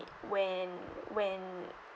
when when